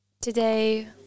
today